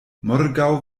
morgaŭ